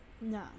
no